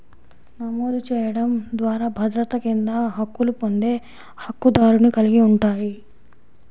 నమోదు చేయడం ద్వారా భద్రత కింద హక్కులు పొందే హక్కుదారుని కలిగి ఉంటాయి,